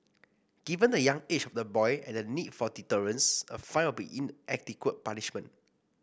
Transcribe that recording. given the young age of the boy and the need for deterrence a fine would be an inadequate punishment